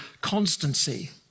constancy